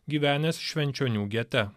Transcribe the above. gyvenęs švenčionių gete